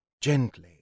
gently